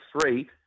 three